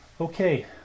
Okay